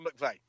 McVeigh